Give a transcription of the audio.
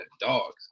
dogs